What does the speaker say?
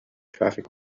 traffic